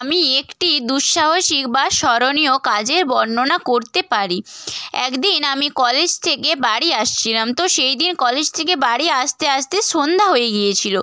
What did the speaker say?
আমি একটি দুঃসাহসিক বা স্মরণীয় কাজের বর্ণনা করতে পারি এক দিন আমি কলেজ থেকে বাড়ি আসছিলাম তো সেই দিন কলেজ থেকে বাড়ি আসতে আসতে সন্ধ্যা হয়ে গিয়েছিলো